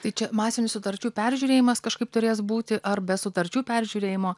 tai čia masinis sutarčių peržiūrėjimas kažkaip turės būti ar be sutarčių peržiūrėjimo